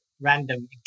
random